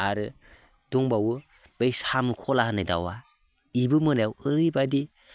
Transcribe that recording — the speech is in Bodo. आरो दंबावो बै साम'खला होननाय दाउआ बेबो मोनायाव ओरैबायदि